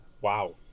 wow